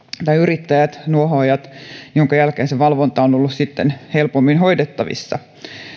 tai yrittäjät minkä jälkeen se valvonta on on ollut helpommin hoidettavissa